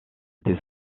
des